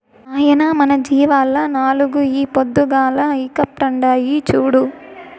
నాయనా మన జీవాల్ల నాలుగు ఈ పొద్దుగాల ఈకట్పుండాయి చూడు